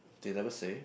they never say